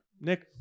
Nick